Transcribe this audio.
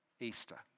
Easter